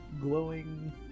glowing